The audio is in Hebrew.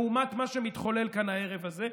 לעומת מה שמתחולל כאן הערב הזה.